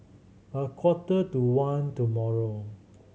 a quarter to one tomorrow